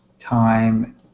time